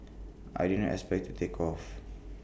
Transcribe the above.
I didn't expect IT to take off